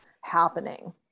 happening